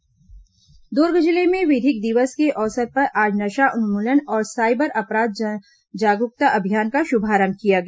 नशा उन्मुलन अभियान दुर्ग जिले में विधिक दिवस के अवसर पर आज नशा उन्मूलन और साइबर अपराध जागरूकता अभियान का शुभारंभ किया गया